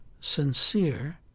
sincere